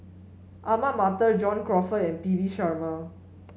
Ahmad Mattar John Crawfurd and P V Sharma